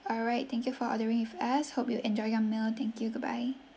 alright thank you for ordering with us hope you enjoy your meal thank you goodbye